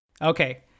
Okay